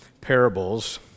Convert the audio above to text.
parables